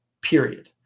period